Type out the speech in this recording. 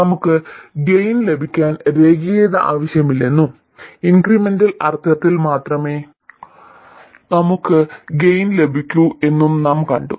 നമുക്ക് ഗെയിൻ ലഭിക്കാൻ രേഖീയത ആവശ്യമില്ലെന്നും ഇൻക്രിമെന്റൽ അർത്ഥത്തിൽ മാത്രമേ നമുക്ക് ഗെയിൻ ലഭിക്കൂ എന്നും നാം കണ്ടു